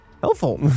Helpful